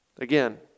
Again